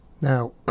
Now